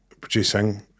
producing